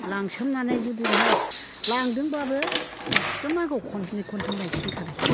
लांसोमनानै लांदोंबाबो एग्दम आंखौ खननै खनथाम लायफिनखादों